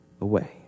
away